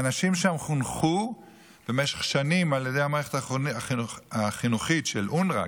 האנשים שם חונכו במשך שנים על ידי המערכת החינוכית של אונר"א,